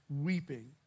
weeping